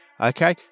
okay